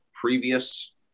previous